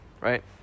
right